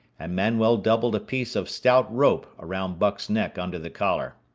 and manuel doubled a piece of stout rope around buck's neck under the collar.